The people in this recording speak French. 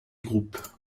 groupes